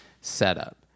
setup